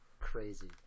crazy